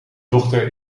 dochter